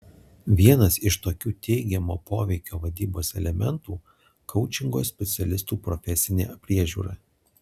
vienas iš tokių teigiamo poveikio vadybos elementų koučingo specialistų profesinė priežiūra